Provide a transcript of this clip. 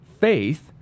faith